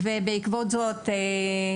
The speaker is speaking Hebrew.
בעקבות זאת,